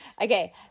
okay